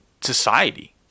society